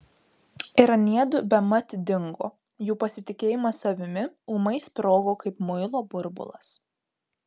ir aniedu bemat dingo jų pasitikėjimas savimi ūmai sprogo kaip muilo burbulas